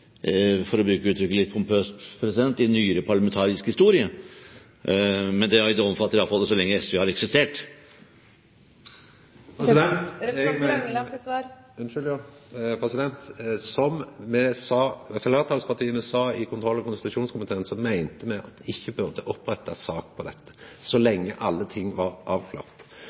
for å bruke uttrykket litt pompøst – nyere parlamentarisk historie. Men det omfatter iallfall så lenge SV har eksistert! Som fleirtalspartia sa i kontroll- og konstitusjonskomiteen, meinte me at me ikkje burde oppretta sak på dette så lenge alle ting var